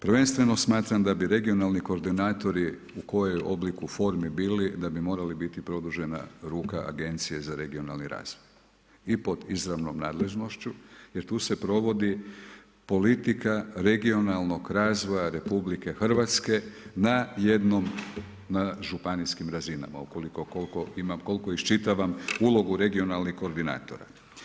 Prvenstveno smatram da bi regionalni koordinatori u kojem obliku, formi bili da bi morali biti produžena ruka Agencije za regionalni razvoj i pod izravnom nadležnošću jer tu se provodi politika regionalnog razvoja RH na jednom na županijskim razinama, koliko iščitavam ulogu regionalnih koordinatora.